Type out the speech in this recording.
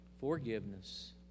forgiveness